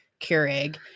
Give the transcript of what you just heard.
Keurig